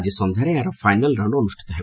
ଆଜି ସନ୍ଧ୍ୟାରେ ଏହାର ଫାଇନାଲ ରାଉଣ୍ଡ ଅନୁଷ୍ଠିତ ହେବ